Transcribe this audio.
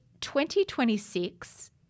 2026